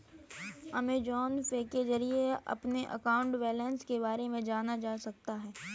Amazon Pay के जरिए अपने अकाउंट बैलेंस के बारे में जाना जा सकता है